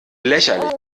lächerlich